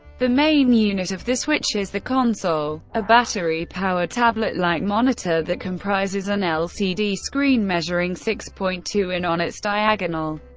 the main unit of the switch is the console, a battery-powered tablet-like monitor that comprises an lcd screen measuring six point two in on its diagonal,